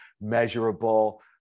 measurable